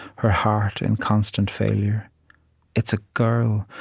her heart in constant failure it's a girl,